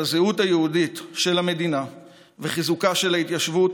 הזהות היהודית של המדינה וחיזוקה של ההתיישבות,